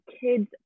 kids